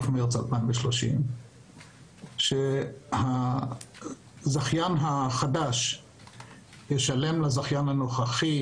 כתוב שהזכיין החדש ישלם לזכיין הנוכחי